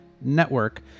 Network